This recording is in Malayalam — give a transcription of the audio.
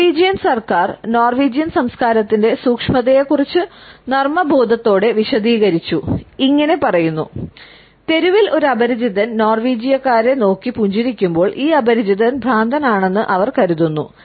നോർവീജിയൻ സർക്കാർ നോർവീജിയൻ സംസ്കാരത്തിന്റെ സൂക്ഷ്മതയെക്കുറിച്ച് നർമ്മബോധത്തോടെ വിശദീകരിച്ചു ഇങ്ങനെ പറയുന്നു തെരുവിൽ ഒരു അപരിചിതൻ നോർവീജിയക്കാരെ നോക്കി പുഞ്ചിരിക്കുമ്പോൾ ഈ അപരിചിതൻ ഭ്രാന്തനാണെന്ന് അവർ കരുതുന്നു